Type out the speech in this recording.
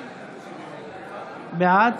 בעד.